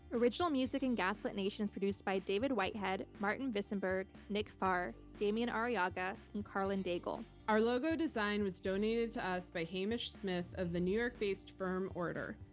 original music in gaslit nation is produced by david whitehead, martin vinsenberg, nick farr, demian arriaga and karlyn daigle. our logo design was donated to us by hamish smyth of the new york based firm order.